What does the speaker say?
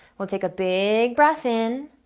we'll take a big breath in,